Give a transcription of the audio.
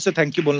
thank you but